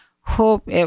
hope